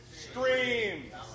streams